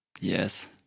Yes